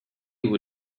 would